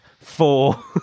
four